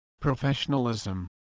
Professionalism